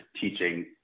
teaching